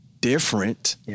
different